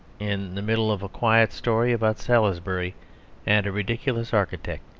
in the middle of a quiet story about salisbury and a ridiculous architect,